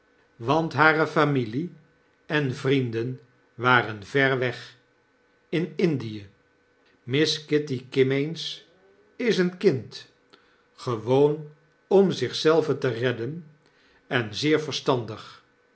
want hare familie en vrienden waren ver weg in indie miss kitty kimmeens is een kind gewoon om zich zelve te redden en zeer verstandig